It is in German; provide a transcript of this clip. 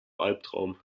albtraum